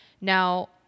now